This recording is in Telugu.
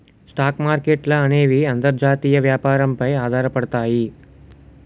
స్టాక్ మార్కెట్ల అనేవి అంతర్జాతీయ వ్యాపారం పై ఆధారపడతాయి